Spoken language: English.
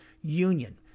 union